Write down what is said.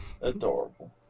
Adorable